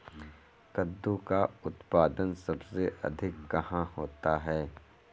कद्दू का उत्पादन सबसे अधिक कहाँ होता है?